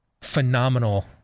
phenomenal